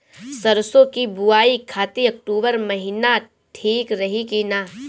सरसों की बुवाई खाती अक्टूबर महीना ठीक रही की ना?